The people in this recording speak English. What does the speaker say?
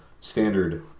standard